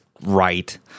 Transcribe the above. right